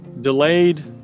delayed